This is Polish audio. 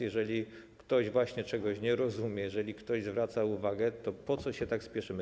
Jeżeli ktoś czegoś nie rozumie, jeżeli ktoś zwraca uwagę, to po co się tak spieszymy?